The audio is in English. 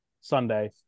Sunday